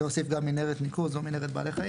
להוסיף גם מנהרת ניקוז או מנהרת בעלי חיים.